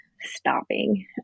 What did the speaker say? stopping